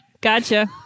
Gotcha